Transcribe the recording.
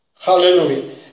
Hallelujah